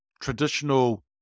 traditional